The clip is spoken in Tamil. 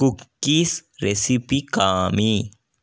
குக்கீஸ் ரெசிபி காமி